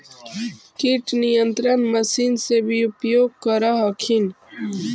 किट नियन्त्रण मशिन से भी उपयोग कर हखिन?